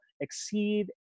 exceed